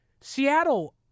Seattle